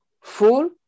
full